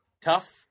Tough